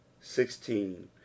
sixteen